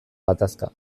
gatazka